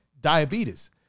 diabetes